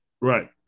Right